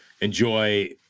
enjoy